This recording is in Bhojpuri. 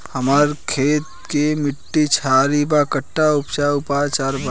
हमर खेत के मिट्टी क्षारीय बा कट्ठा उपचार बा?